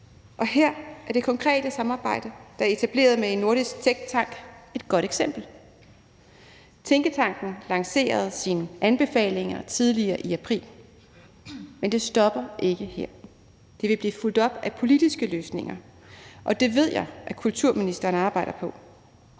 Her er det konkrete samarbejde, der er etableret med en nordisk tænketank, et godt eksempel. Tænketanken lancerede sine anbefalinger tidligere i april, men det stopper ikke her. Det vil blive fulgt op af politiske løsninger, og det ved jeg at kulturministeren arbejder på.